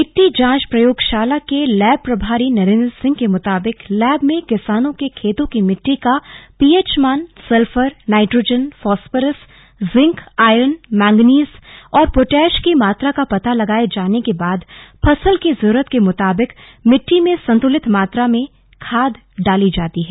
मिट्टी जांच प्रयोगशाला के लैब प्रभारी नरेन्द्र सिंह के मुताबिक लैब में किसानों के खेतों की मिट्टी का पीएच मान sulphur nitrogen phosphorus zinc iron manganese और पोटाश की मात्रा का पता लगाया जाने के बाद फसल की जरूरत के मुताबिक मिट्टी में संतुलित मात्रा में खाद डाली जाती है